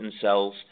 cells